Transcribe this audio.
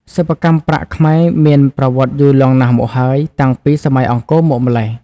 សិប្បកម្មប្រាក់ខ្មែរមានប្រវត្តិយូរលង់ណាស់មកហើយ តាំងពី សម័យអង្គរ មកម្ល៉េះ។